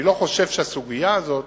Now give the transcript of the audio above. אני לא חושב שהסוגיה הזאת